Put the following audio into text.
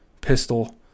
pistol